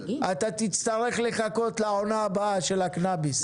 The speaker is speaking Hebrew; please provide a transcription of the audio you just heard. אתה תצטרך להמתין לעונה הבאה של הקנאביס.